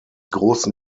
großen